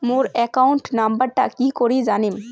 মোর account নাম্বারটা কি করি জানিম?